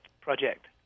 project